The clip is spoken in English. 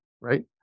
right